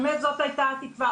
באמת זאת הייתה התקווה,